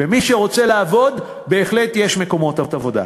ומי שרוצה לעבוד, בהחלט יש מקומות עבודה.